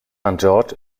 george’s